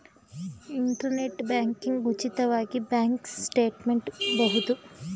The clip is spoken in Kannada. ಇಂಟರ್ನೆಟ್ ಬ್ಯಾಂಕಿಂಗ್ ಉಚಿತವಾಗಿ ಬ್ಯಾಂಕ್ ಸ್ಟೇಟ್ಮೆಂಟ್ ಬಹುದು